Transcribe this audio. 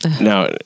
Now